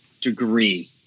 degree